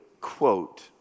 quote